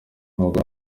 nkunga